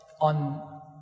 on